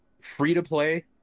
Free-to-play